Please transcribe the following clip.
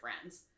friends